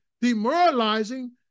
demoralizing